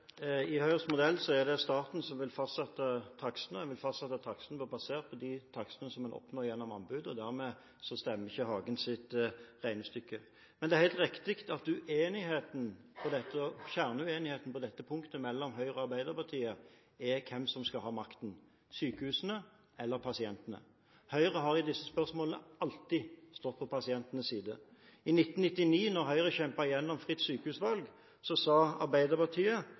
I Høyres modell er det staten som vil fastsette taksten, og en vil fastsette taksten basert på de takstene som man oppnår gjennom anbudet. Dermed stemmer ikke Hagens regnestykke. Men det er helt riktig at kjerneuenigheten på dette punktet mellom Høyre og Arbeiderpartiet er: Hvem skal ha makten – sykehusene eller pasientene? Høyre har i disse spørsmålene alltid stått på pasientenes side. I 1999, da Høyre kjempet igjennom fritt sykehusvalg, sa Arbeiderpartiet: